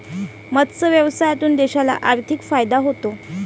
मत्स्य व्यवसायातून देशाला आर्थिक फायदा होतो